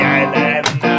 island